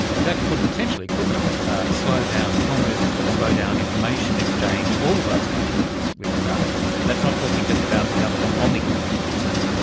that could potentially slow down commerce, could slow down information exchange, all of those kind of things with regard to the internet. that's not talking just about the governance on the internet, as you say.